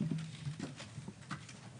ואחד ממי שיושב פה ובני משפחתו.